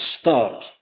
start